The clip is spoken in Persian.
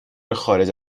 خارج